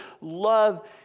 love